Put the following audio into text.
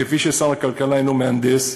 כפי ששר הכלכלה אינו מהנדס,